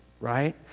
right